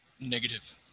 Negative